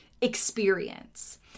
experience